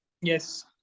Yes